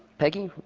peggy